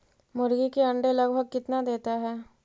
मुर्गी के अंडे लगभग कितना देता है?